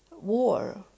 war